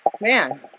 Man